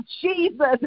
Jesus